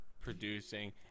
producing